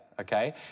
Okay